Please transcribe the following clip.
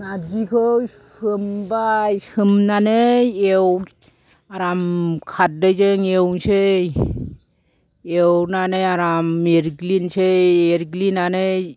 नार्जिखौ सोमबाय सोमनानै आराम खारदैजों एवनोसै एवनानै आराम एरग्लिसै एरग्लिनानै